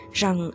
rằng